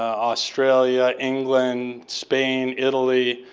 um australia, england, spain, italy,